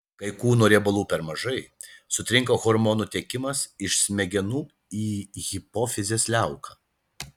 kai kūno riebalų per mažai sutrinka hormonų tiekimas iš smegenų į hipofizės liauką